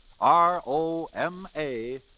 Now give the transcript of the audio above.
R-O-M-A